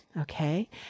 Okay